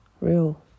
real